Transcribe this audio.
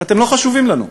אתם לא חשובים לנו.